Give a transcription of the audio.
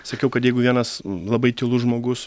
sakiau kad jeigu vienas labai tylus žmogus